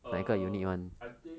err I think